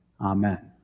Amen